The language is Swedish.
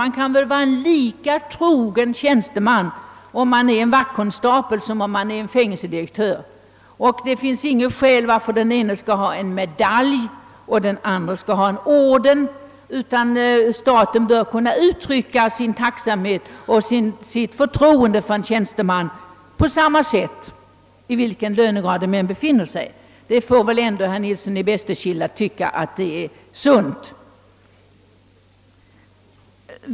Man'kan vara en lika trogen tjänsteman, om man är vaktkonstapel som om man är fängelsedirektör.. Det finns inget skäl för att den ene skall ha en medalj och den andre skall ha en orden, utan staten bör kunna uttrycka sin tacksamhet och sitt förtroende för en tjänsteman på samma sätt, i vilken lönegrad han än befinner sig. Även herr Nilsson i Bästekille bör väl tycka att det är sunt.